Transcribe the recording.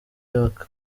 york